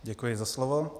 Děkuji za slovo.